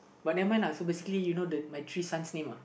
but never mind lah so basically you know the my three son's name uh